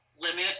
limit